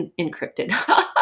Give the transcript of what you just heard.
encrypted